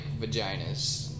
vaginas